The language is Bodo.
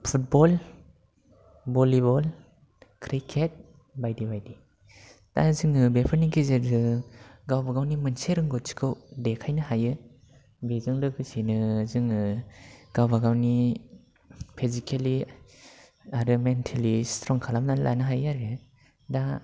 फुटबल भलिबल क्रिकेट बायदि बायदि दा जोङो बेफोरनि गेजेरजों गावबा गावनि मोनसे रोंगथिखौ देखायनो हायो बेजों लोगोसेनो जोङो गावबा गावनि फिजिकेलि आरो मेन्टेलि स्ट्र्ं खालामनानै लानो हायो आरो दा